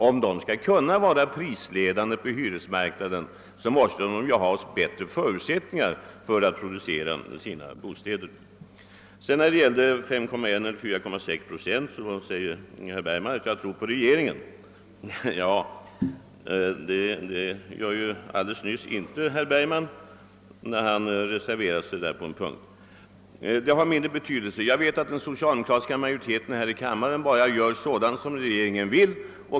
Om de skall kunna vara prisledande på husmarknaden, måste de ha bättre förutsättningar för att producera bostäder. Beträffande 5,1 eller 4,6 procent säger herr Bergman att han tror på regeringen. Ja, men det gjorde herr Bergman inte alldeles nyss, då han reserverade sig på en punkt. Det har emellertid mindre betydelse, ty jag vet att den socialdemokratiska majoriteten här i kammaren enbart gör sådant som regeringen vill.